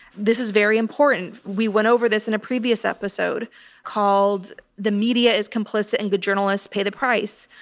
this is very important. we went over this in a previous episode called the media is complicit and good journalists pay the price.